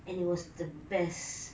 and it was the best